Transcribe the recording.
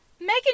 Megan